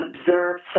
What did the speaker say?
observe